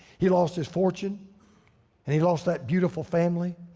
he lost his fortune and he lost that beautiful family.